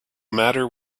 matter